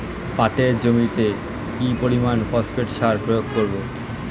পাটের জমিতে কি পরিমান ফসফেট সার প্রয়োগ করব?